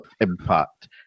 impact